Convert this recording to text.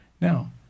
Now